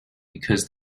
because